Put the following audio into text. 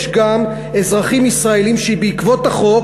יש גם אזרחים ישראלים שבעקבות החוק